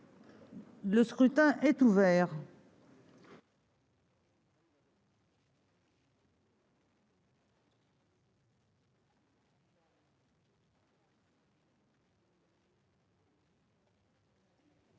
Le scrutin est ouvert.